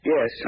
Yes